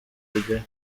kujyayo